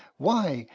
why,